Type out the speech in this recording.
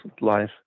life